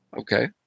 Okay